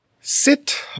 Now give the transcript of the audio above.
Sit